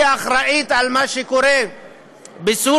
היא אחראית למה שקורה בסוריה,